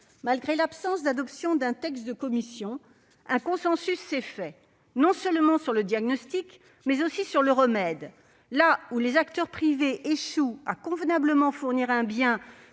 Malgré l'absence d'adoption d'un texte de commission, un consensus s'est fait, non seulement sur le diagnostic, mais aussi sur le remède : là où les acteurs privés échouent à convenablement fournir un bien,